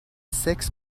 سکس